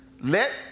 Let